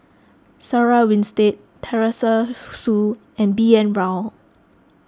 Sarah Winstedt Teresa Hsu and B N Rao